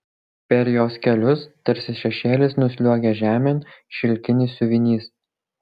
per jos kelius tarsi šešėlis nusliuogia žemėn šilkinis siuvinys